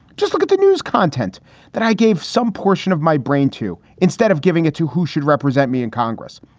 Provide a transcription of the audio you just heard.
just look at the news content that i gave some portion of my brain to instead of giving it to who should represent me in congress.